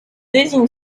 désigne